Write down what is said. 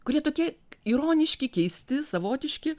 kurie tokie ironiški keisti savotiški